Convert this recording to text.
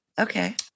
Okay